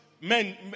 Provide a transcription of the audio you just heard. men